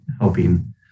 helping